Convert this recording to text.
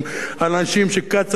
על אנשים שקצה נפשם,